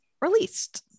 released